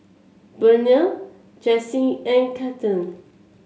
Burnell Jessy and Cathern